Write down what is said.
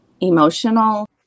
emotional